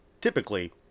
typically